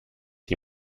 die